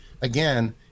again